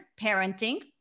Parenting